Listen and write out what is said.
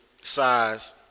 Size